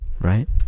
Right